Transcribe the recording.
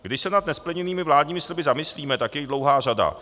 Když se nad nesplněnými vládními sliby zamyslíme, tak je jich dlouhá řada.